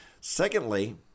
Secondly